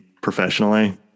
professionally